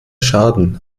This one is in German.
schaden